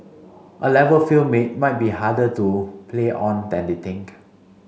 A Level field may might be harder to play on than they think